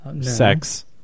Sex